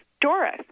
Doris